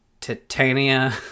Titania